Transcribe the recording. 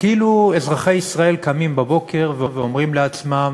וכאילו אזרחי ישראל קמים בבוקר ואומרים לעצמם: